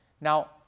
Now